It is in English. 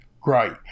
Great